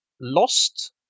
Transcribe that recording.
lost